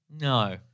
No